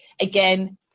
again